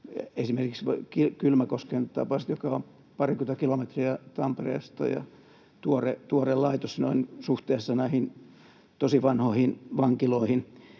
esimerkiksi Kylmäkosken tapaiset, joka on parikymmentä kilometriä Tampereesta ja tuore laitos noin suhteessa näihin tosi vanhoihin vankiloihin.